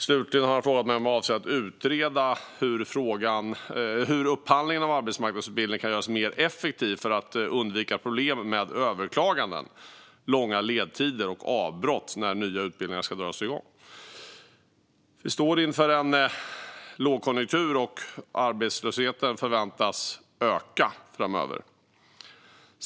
Slutligen har han frågat mig om jag avser att utreda hur upphandlingen av arbetsmarknadsutbildning kan göras mer effektiv för att undvika problem med överklaganden, långa ledtider och avbrott när nya utbildningar ska dras igång. Sverige står inför en lågkonjunktur, och arbetslösheten förväntas öka framöver.